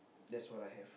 that's what I have